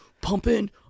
pumping